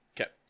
Okay